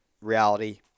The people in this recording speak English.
reality